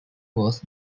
was